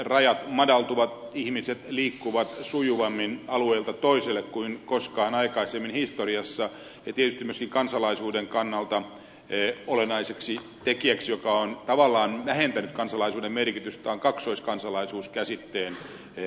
rajat madaltuvat ihmiset liikkuvat sujuvammin alueelta toiselle kuin koskaan aikaisemmin historiassa ja tietysti myöskin kansalaisuuden kannalta olennainen tekijä joka on tavallaan vähentänyt kansalaisuuden merkitystä on kaksoiskansalaisuus käsitteen olemassaolo